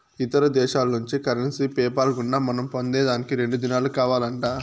ఇతర దేశాల్నుంచి currency PayPal గుండా మనం పొందేదానికి రెండు దినాలు కావాలంట